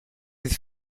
with